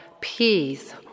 peace